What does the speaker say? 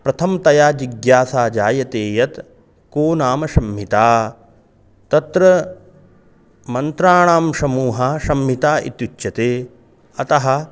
प्रथमतया जिज्ञासा जायते यत् का नाम संहिता तत्र मन्त्राणां समूहः संहिता इत्युच्यते अतः